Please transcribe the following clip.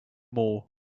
more